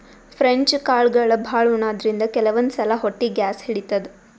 French ಕಾಳ್ಗಳ್ ಭಾಳ್ ಉಣಾದ್ರಿನ್ದ ಕೆಲವಂದ್ ಸಲಾ ಹೊಟ್ಟಿ ಗ್ಯಾಸ್ ಹಿಡಿತದ್